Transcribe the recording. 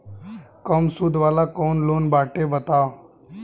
कम सूद वाला कौन लोन बाटे बताव?